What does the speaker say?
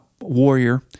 warrior